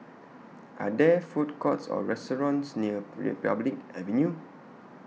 Are There Food Courts Or restaurants near Republic Avenue